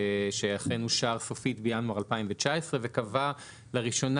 שאכן אושר סופית בינואר 2019 וקבע לראשונה